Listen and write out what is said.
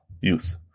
youth